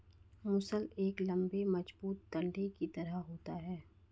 मूसल एक लम्बे मजबूत डंडे की तरह होता है